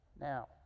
now